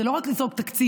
זה לא רק לזרוק תקציב,